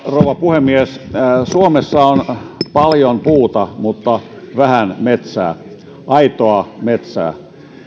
rouva puhemies suomessa on paljon puuta mutta vähän metsää aitoa metsää